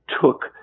took